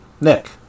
Nick